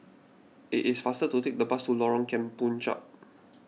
it is faster to take the bus to Lorong Kemunchup